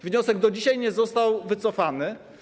Wniosek do dzisiaj nie został wycofany.